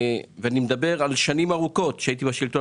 ואני מדבר על התקופה שהייתי בשלטון